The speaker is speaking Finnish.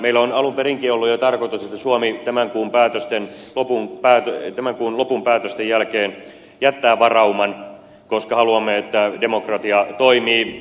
meillä on jo alun perinkin ollut tarkoitus että suomi tämän kuun lopun päätösten jälkeen jättää varauman koska haluamme että demokratia toimii